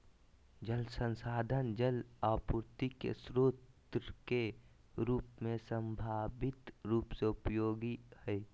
जल संसाधन जल आपूर्ति के स्रोत के रूप में संभावित रूप से उपयोगी हइ